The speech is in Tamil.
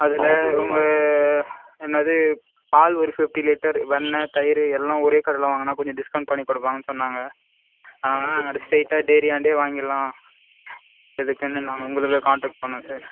அதில் உங்கள் என்னது பால் ஒரு ஃபிஃப்டி லிட்டர் வெண்ணை தயிர் எல்லாம் ஒரே கடைல வாங்கினா கொஞ்சம் டிஸ்கவுண்ட் பண்ணி கொடுப்பாங்கன்னு சொன்னாங்க அதனால் அ ஸ்ட்ரைட்டாக டெய்ரியாண்டே வாங்கலாம் எதுக்குன்னு நாங்கள் உங்கள் கான்டக்ட் பண்ணோம் சார்